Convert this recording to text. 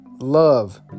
Love